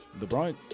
LeBron